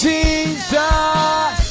Jesus